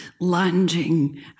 lunging